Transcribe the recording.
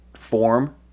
form